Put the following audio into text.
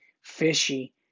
fishy